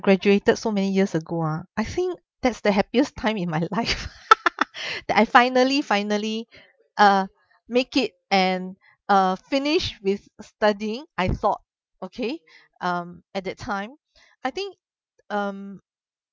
graduated so many years ago ah I think that's the happiest time in my life that I finally finally uh make it and uh finish with studying I thought okay um at that time I think um